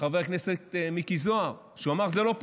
חבר הכנסת מיקי זוהר, שאמר שזה לא פוליטי.